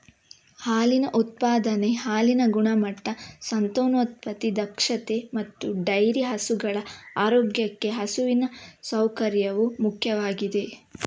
ಹಾಲಿನ ಉತ್ಪಾದನೆ, ಹಾಲಿನ ಗುಣಮಟ್ಟ, ಸಂತಾನೋತ್ಪತ್ತಿ ದಕ್ಷತೆ ಮತ್ತೆ ಡೈರಿ ಹಸುಗಳ ಆರೋಗ್ಯಕ್ಕೆ ಹಸುವಿನ ಸೌಕರ್ಯವು ಮುಖ್ಯವಾಗಿದೆ